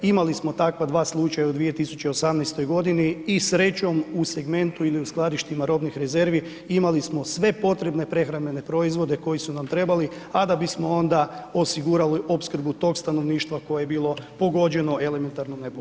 Imali smo takva dva slučaja u 2018. g. i srećom, u segmentu ili u skladištima robnih rezervi, imali smo sve potrebne prehrambene proizvode koji su nam trebali a da bismo onda osigurali opskrbu tog stanovništva koje je bilo pogođeno elementarnom nepogodom.